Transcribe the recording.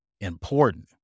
important